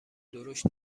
درشت